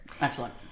Excellent